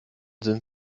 sind